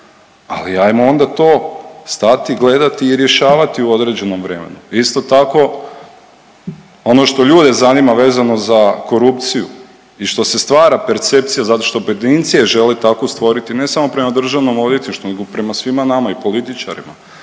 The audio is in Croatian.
Ali hajmo onda to stati, gledati i rješavati u određenom vremenu. Isto tako, ono što ljude zanima vezano za korupciju i što se stvara percepcija zato što pojedinci je žele tako stvoriti ne samo prema Državnom odvjetništvu nego i prema svima nama i političarima,